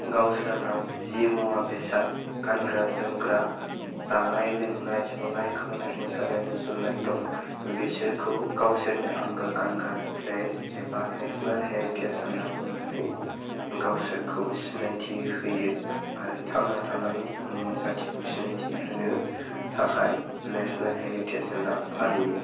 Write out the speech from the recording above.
गावसोरनाव जि मुवा बेसाद गानग्रा जोमग्रा जानाय लोंनाय संनाय खावनाय मोसानाय मुसुरनाय दं बेसोरखौ गावसोरनि आंगो गानग्रा द्रेस एबा नेसनेल हेरिटेज होनना बुंनानै गावसोरखौ सिनायथि होयो आरो थांना थानानै बुहुमाव जातिखौ सिनायथि होनो थाखाय नेसनेल हेरिटेज होनना फालियो